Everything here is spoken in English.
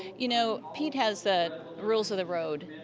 you know pete has ah rules of the road.